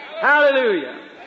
Hallelujah